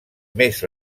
més